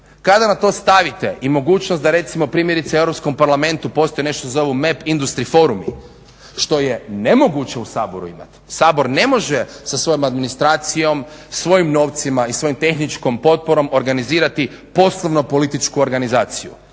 kada na to stavite i mogućnost da recimo primjerice u EU parlamentu postoji nešto zovu Map Industry forumi što je nemoguće u Saboru imati. Sabor ne može sa svojom administracijom, svojim novcima i svojom tehničkom potporom organizirati poslovnu-političku organizaciju.